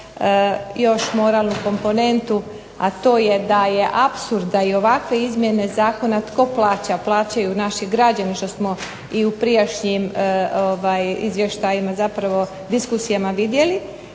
još moralnu komponentu, a to je da je apsurd da i ovakve izmjene zakona tko plaća? Plaćaju naši građani, što smo i u prijašnjim izvještajima zapravo diskusijama vidjeli.